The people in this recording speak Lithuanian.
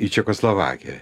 į čekoslovakiją